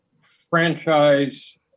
franchise